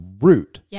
root